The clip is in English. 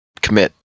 commit